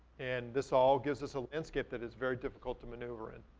and this all gives us a landscape that is very difficult to maneuver in.